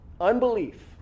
Unbelief